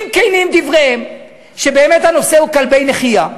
אם כנים דבריהם, שבאמת הנושא הוא כלבי נחייה,